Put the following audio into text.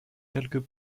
quelques